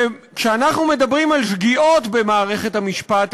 וכשאנחנו מדברים על שגיאות במערכת המשפט,